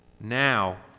now